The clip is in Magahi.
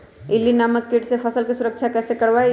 इल्ली नामक किट से फसल के सुरक्षा कैसे करवाईं?